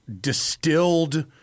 distilled